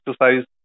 exercise